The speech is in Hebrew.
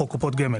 חוק קופות גמל)"